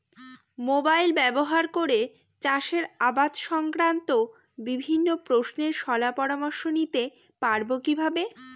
Mobile ব্যাবহার করে চাষের আবাদ সংক্রান্ত বিভিন্ন প্রশ্নের শলা পরামর্শ নিতে পারবো কিভাবে?